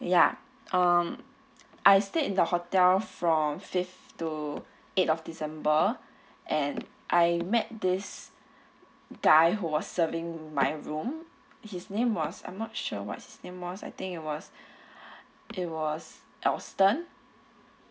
ya um I stay in the hotel from fifth to eighth of december and I met this guy who was serving my room his name was I'm not sure what's his name was I think it was it was alston